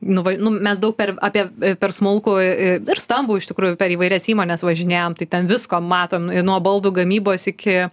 nu va nu mes daug per apie per smulkų ir stambų iš tikrųjų per įvairias įmones važinėjam tai ten visko matom i nuo baldų gamybos iki